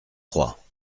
trois